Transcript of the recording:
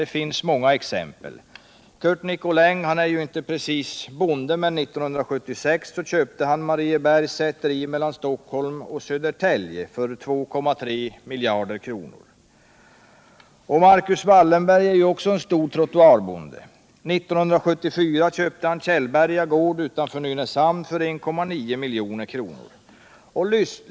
Det finns många exempel på det. Curt Nicolin är ju inte precis bonde, men 1976 köpte han Mariebergs säteri, som ligger mellan Stockholm och Södertälje, för 2,3 milj.kr. Marcus Wallenberg är ju också en stor trottoarbonde. 1974 köpte han Källberga gård utanför Nynäshamn för 1,9 milj.kr.